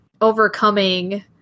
overcoming